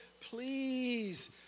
please